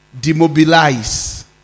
demobilize